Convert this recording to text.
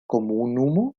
komunumo